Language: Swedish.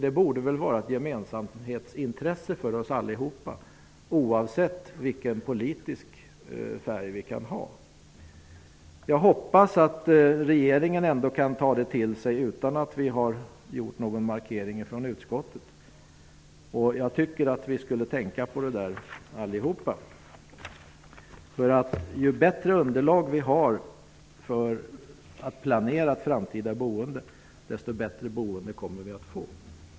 Det borde väl vara ett gemensamt intresse för oss allihop, oavsett vilken politisk färg vi har. Jag hoppas att regeringen ändå kan ta till sig detta utan att vi i utskottet har gjort någon markering. Jag tycker att vi skall tänka på detta allihop. Ju bättre underlag vi har för att planera ett framtida boende desto bättre boende kommer vi att få.